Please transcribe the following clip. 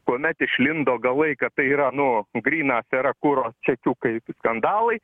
kuomet išlindo galai kad tai yra nu gryna afera kuro čekiukai skandalai